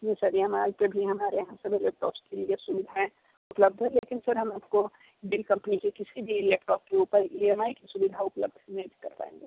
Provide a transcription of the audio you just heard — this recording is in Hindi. ji sir E M I पे भी हमारे यहां सभी लैपटॉप लेने की सुविधा उपलब्ध है लेकिन सर हम आपको डैल कंपनी के किसी भी लैपटॉप के ऊपर ई एम आई की सुविधा उपलब्ध नहीं कर पाएंगे